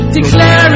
Declare